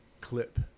clip